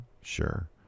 sure